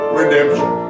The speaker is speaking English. redemption